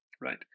right